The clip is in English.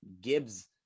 gibbs